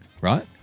right